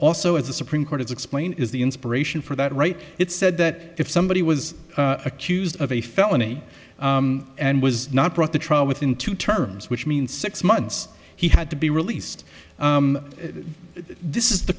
also as the supreme court explain is the inspiration for that right it's said that if somebody was accused of a felony and was not brought to trial within two terms which means six months he had to be released this is the